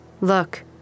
Look